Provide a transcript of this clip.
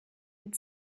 had